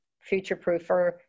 future-proofer